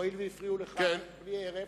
הואיל והפריעו לך בלי הרף,